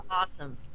awesome